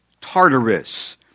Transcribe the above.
Tartarus